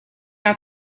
out